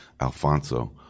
Alfonso